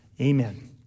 amen